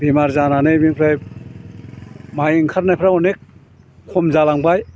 बेमार जानानै बिनिफ्राय माइ ओंखारनायफ्रा अनेक खम जालांबाय